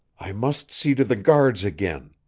i must see to the guards again.